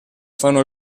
fanno